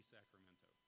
Sacramento